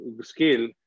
scale